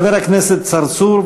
חבר הכנסת צרצור,